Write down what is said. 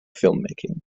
filmmaking